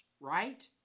right